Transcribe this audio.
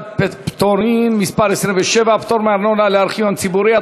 (פטורין) (מס' 27) (פטור מארנונה לארכיון ציבורי),